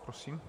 Prosím.